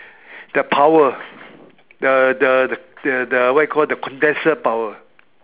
the power the the the what you call the condenser power